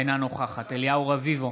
אינה נוכחת אליהו רביבו,